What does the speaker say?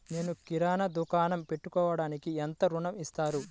నేను కిరాణా దుకాణం పెట్టుకోడానికి ఎంత ఋణం ఇస్తారు?